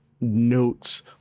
notes